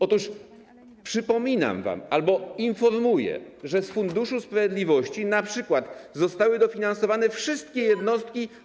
Otóż przypominam wam, albo informuję, że z Funduszu Sprawiedliwości np. zostały dofinansowane wszystkie jednostki